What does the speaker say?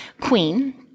queen